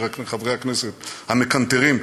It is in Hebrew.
חברי הכנסת המקנטרים,